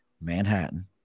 Manhattan